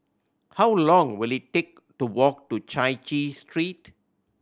how long will it take to walk to Chai Chee Street